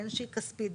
בין שהיא כספית,